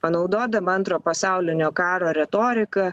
panaudodama antro pasaulinio karo retoriką